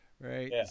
right